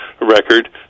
Record